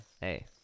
Hey